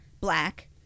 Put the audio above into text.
Black